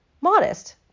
modest